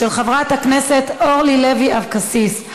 של חברת הכנסת אורלי לוי אבקסיס.